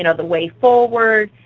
another way forward,